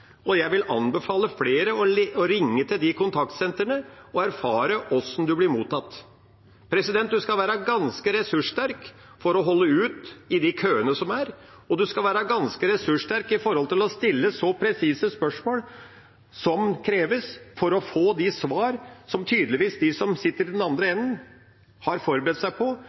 Jeg vil anbefale flere å ringe til de kontaktsentrene og erfare hvordan en blir mottatt. En skal være ganske ressurssterk for å holde ut i de køene som er, og en skal være ganske ressurssterk for å stille så presise spørsmål som kreves for å få de svar som tydeligvis de som sitter i den andre enden, har forberedt seg på,